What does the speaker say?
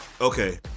Okay